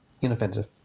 inoffensive